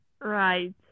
Right